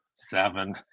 Seven